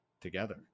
together